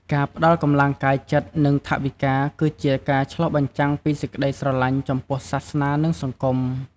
ការផ្ដល់កម្លាំងកាយចិត្ត និងថវិកា គឺជាការឆ្លុះបញ្ចាំងពីសេចក្តីស្រឡាញ់ចំពោះសាសនា និងសង្គម។